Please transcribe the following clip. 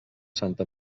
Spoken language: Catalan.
santa